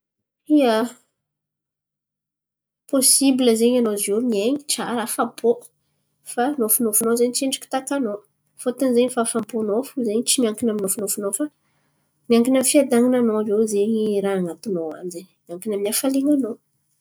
Ia, pôsibla zen̈y anao ziô miain̈y tsara afapô fa nôfinôfinao zen̈y tsy endriky takanao. Fôtony zen̈y fahafaham-pônao fo zen̈y tsy miankina amin'ny nôfinôfinao fa miankina amin'ny fiadan̈ananao iô zen̈y raha an̈atinao an̈y zen̈y. Miankina amin'ny hafalian̈anao.